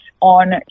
on